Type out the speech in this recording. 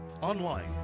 online